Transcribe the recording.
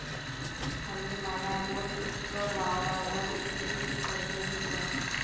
मले माया दोन एकर वावरावर कितीक कर्ज भेटन?